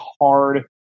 hard